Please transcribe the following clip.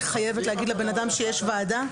היא חייבת להגיד לבן אדם שיש ועדה?